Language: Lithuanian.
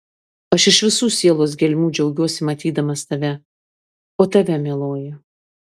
aš iš visų sielos gelmių džiaugiuosi matydamas tave o tave mieloji